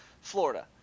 Florida